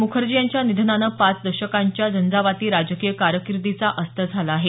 मुखर्जी यांच्या निधनानं पाच दशकांच्या झंझावती राजकीय कारकिर्दीचा अस्त झाला आहे